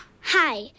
Hi